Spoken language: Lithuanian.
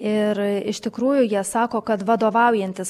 ir iš tikrųjų jie sako kad vadovaujantis